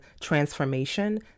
transformation